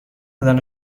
دادن